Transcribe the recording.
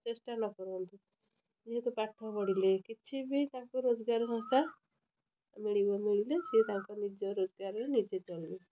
ଚେଷ୍ଟା ନ କରନ୍ତୁ ଯେହେତୁ ପାଠ ପଢ଼ିଲେ କିଛି ବି ତାଙ୍କୁ ରୋଜଗାର ସଂସ୍ଥା ମିଳିବ ମିଳିଲେ ସେ ତାଙ୍କ ନିଜ ରୋଜଗାରରେ ନିଜେ ଚଳିବ